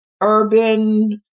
urban